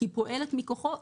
היא פועלת מכוחו,